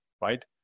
right